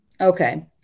Okay